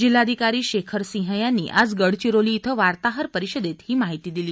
जिल्हाधिकारी शेखर सिंह यांनी आज गडविरोली इथं वार्ताहर परिषदेत ही माहिती दिली